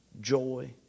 joy